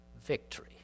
victory